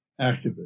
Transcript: activist